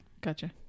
Gotcha